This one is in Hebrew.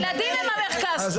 הילדים הם המרכז פה.